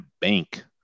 bank